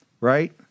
right